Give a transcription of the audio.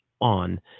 on